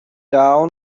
down